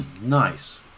Nice